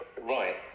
right